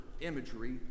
imagery